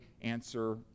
answer